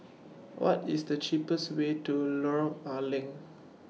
What IS The cheapest Way to Lorong A Leng